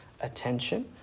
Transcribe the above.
attention